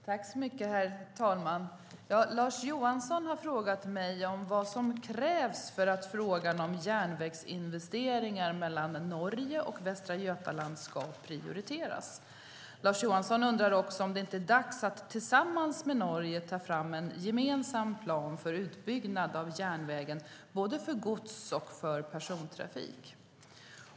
Herr talman! Lars Johansson har frågat mig om vad som krävs för att frågan om järnvägsinvesteringar mellan Norge och Västra Götaland ska prioriteras. Lars Johansson undrar också om det inte är dags att tillsammans med Norge ta fram en gemensam plan för utbyggnad av järnvägen för både gods och persontrafik.